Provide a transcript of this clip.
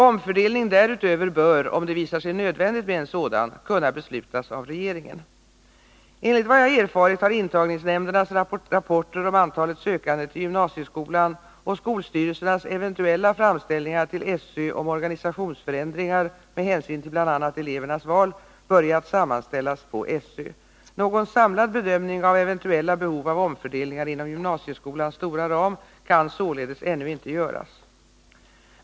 Omfördelning därutöver bör, om det visar sig nödvändigt med en sådan, kunna beslutas av regeringen. Enligt vad jag erfarit har intagningsnämndernas rapporter om antalet sökande till gymnasieskolan och skolstyrelsernas eventuella framställningar till SÖ om organisationsförändringar med hänsyn till bl.a. elevernas val börjat sammanställas på SÖ. Någon samlad bedömning av eventuella behov av omfördelningar inom gymnasieskolans stora ram kan således ännu inte göras.